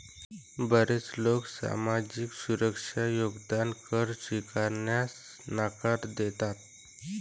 बरेच लोक सामाजिक सुरक्षा योगदान कर स्वीकारण्यास नकार देतात